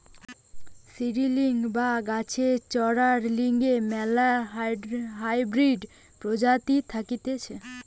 seedlings বা গাছের চরার লিগে ম্যালা হাইব্রিড প্রজাতি থাকতিছে